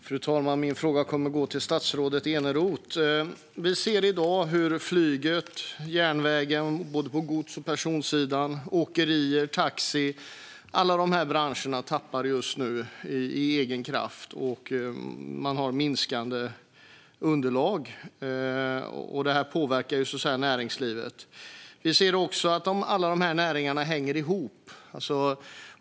Fru talman! Min fråga går till statsrådet Eneroth. Vi ser i dag hur flyget, järnvägen, åkerier och taxi - alla de branscherna - tappar i egen kraft. Det gäller både godssidan och personsidan. Det är minskande underlag. Detta påverkar näringslivet. Vi ser också att alla dessa näringar hänger ihop.